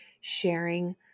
sharing